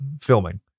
filming